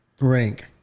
rank